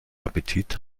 appetit